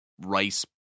rice